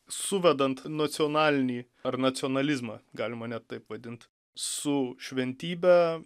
suvedant nacionalinį ar nacionalizmą galima net taip vadint su šventybe